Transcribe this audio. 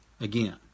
Again